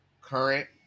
current